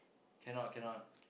cannot cannot